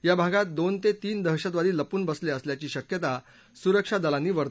या भागात दोन ते तीन दहशतवादी लपून बसले असल्याची शक्यता सुरक्षा दलांनी वर्तवली आहे